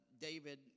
David